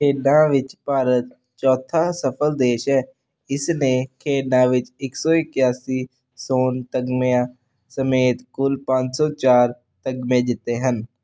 ਖੇਡਾਂ ਵਿੱਚ ਭਾਰਤ ਚੌਥਾ ਸਫ਼ਲ ਦੇਸ਼ ਹੈ ਇਸ ਨੇ ਖੇਡਾਂ ਵਿੱਚ ਇੱਕ ਸੌ ਇਕਾਸੀ ਸੋਨ ਤਗਮਿਆਂ ਸਮੇਤ ਕੁੱਲ ਪੰਜ ਸੌ ਚਾਰ ਤਗਮੇ ਜਿੱਤੇ ਹਨ